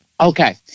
Okay